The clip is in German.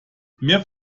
mehr